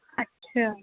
اچھا